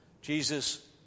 Jesus